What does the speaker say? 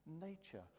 nature